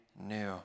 new